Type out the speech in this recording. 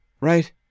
right